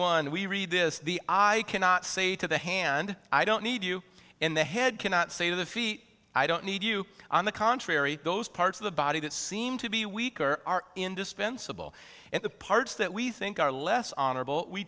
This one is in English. one we read this i cannot say to the hand i don't need you in the head cannot say to the feet i don't need you on the contrary those parts of the body that seem to be weaker are indispensable and the parts that we think are less honorable we